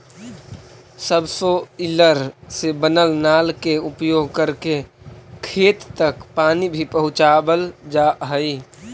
subsoiler से बनल नाल के उपयोग करके खेत तक पानी भी पहुँचावल जा हई